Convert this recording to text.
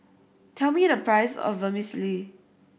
tell me the price of Vermicelli